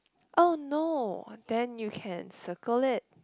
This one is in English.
oh no then you can circle it